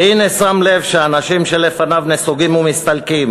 והנה שם לב שהאנשים שלפניו נסוגים ומסתלקים.